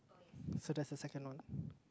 so that's the second one